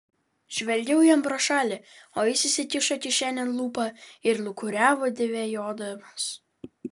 žvelgiau jam pro šalį o jis įsikišo kišenėn lupą ir lūkuriavo dvejodamas